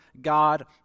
God